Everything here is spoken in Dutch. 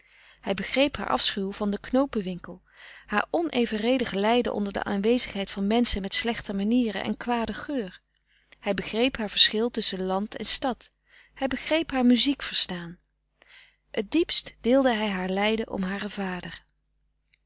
van den knoopenwinkel haar frederik van eeden van de koele meren des doods onevenredig lijden onder de aanwezigheid van menschen met slechte manieren en kwaden geur hij begreep haar verschil tusschen land en stad hij begreep haar muziekverstaan t diepst deelde hij haar lijden om haren